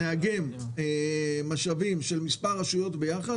אם נאגם משאבים של מספר רשויות ביחד,